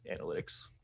analytics